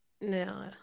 no